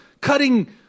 cutting